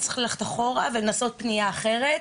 אז צריך ללכת אחורה ולנסות פניה אחרת.